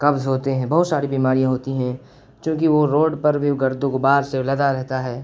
قبض ہوتے ہیں بہت ساری بیماریاں ہوتی ہیں کیوںکہ وہ روڈ پر بھی گرد و غبار سے لدا رہتا ہے